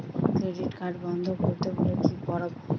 Credit card বন্ধ করতে হলে কি করব?